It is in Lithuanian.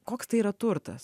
koks tai yra turtas